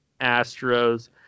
Astros